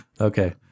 Okay